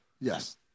Yes